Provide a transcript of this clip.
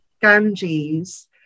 Ganges